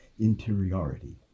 interiority